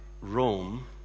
Rome